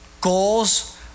Goals